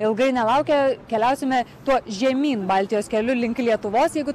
ilgai nelaukę keliausime tuo žemyn baltijos keliu link lietuvos jeigu